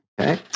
Okay